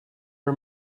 her